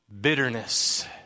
bitterness